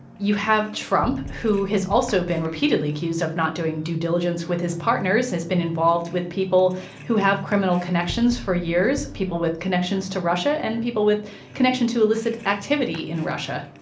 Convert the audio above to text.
you have trump, who has also been repeatedly accused of not doing due diligence with his partners, has been involved with people who have criminal connections for years, people with connections to russia and people with connection to illicit activity in russia.